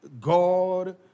God